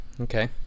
Okay